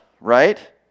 right